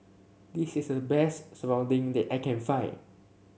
this is the best Serunding that I can find